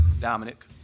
Dominic